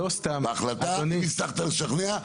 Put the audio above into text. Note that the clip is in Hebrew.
בהחלטה הצלחת לשכנע,